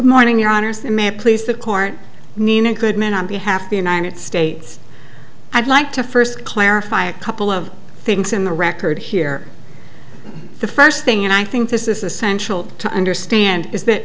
morning your honors in may it please the court nina goodman on behalf of the united states i'd like to first clarify a couple of things in the record here the first thing and i think this is essential to understand is that